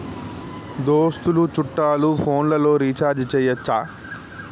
దోస్తులు చుట్టాలు ఫోన్లలో రీఛార్జి చేయచ్చా?